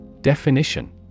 Definition